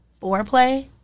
foreplay